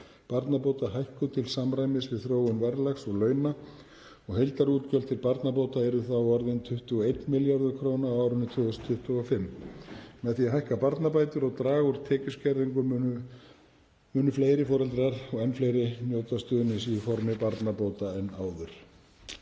barnabóta hækkuð til samræmis við þróun verðlags og launa og heildarútgjöld til barnabóta yrðu þá orðin 21 milljarður kr. á árinu 2025. Með því að hækka barnabætur og draga úr tekjuskerðingum munu enn fleiri foreldrar njóta stuðnings í formi barnabóta.